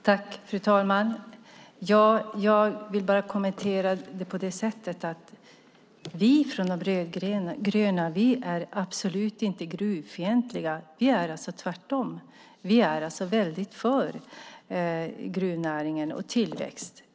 Fru talman! Jag vill bara kommentera det på det sättet att vi från de rödgröna absolut inte är gruvfientliga. Vi är tvärtom väldigt för gruvnäring och tillväxt.